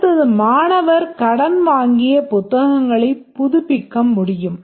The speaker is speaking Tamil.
அடுத்தது மாணவர் கடன் வாங்கிய புத்தகங்களை புதுப்பிக்க முடியும்